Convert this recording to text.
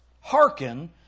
Hearken